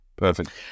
Perfect